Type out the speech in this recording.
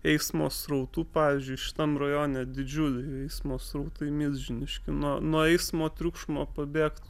eismo srautų pavyzdžiui šitam rajone didžiuliai eismo srautai milžiniški nuo nuo eismo triukšmo pabėgt